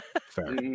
Fair